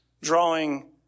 drawing